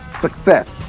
success